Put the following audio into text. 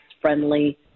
friendly